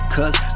Cause